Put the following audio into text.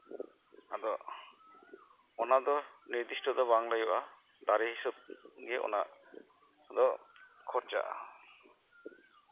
ᱟᱫᱚ ᱚᱱᱟᱫᱚ ᱱᱤᱨᱫᱤᱥᱴᱚ ᱫᱚ ᱵᱟᱝ ᱞᱟᱹᱭᱟᱹᱜᱼᱟ ᱫᱟᱨᱮ ᱦᱤᱥᱟᱹᱵᱽ ᱛᱮᱜᱮ ᱚᱱᱟᱫᱚ ᱠᱷᱚᱨᱪᱟᱜᱼᱟ